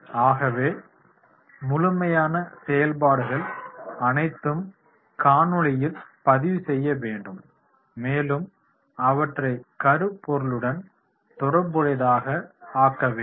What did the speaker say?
ஆகவே முழுமையான செயல்பாடுகள் அனைத்தும் காணொளியில் பதிவு செய்ய வேண்டும் மேலும் அவற்றை கருப்பொருளுடன் தொடர்புடையதாக ஆக்க வேண்டும்